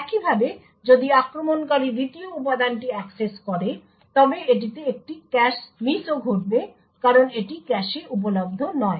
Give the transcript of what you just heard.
একইভাবে যদি আক্রমণকারী দ্বিতীয় উপাদানটি অ্যাক্সেস করে তবে এটিতে একটি ক্যাশ মিসও ঘটবে কারণ এটি ক্যাশে উপলব্ধ নয়